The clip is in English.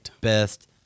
best